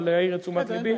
אבל העיר את תשומת לבי.